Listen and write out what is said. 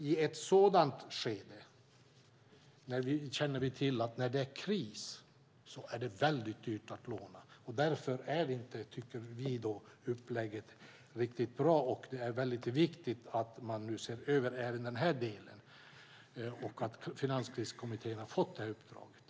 I ett sådant skede, när det är kris, är det dyrt att låna. Därför är inte upplägget riktigt bra, och det är viktigt att Finanskriskommittén har fått uppdraget att se över även den delen.